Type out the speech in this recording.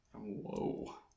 whoa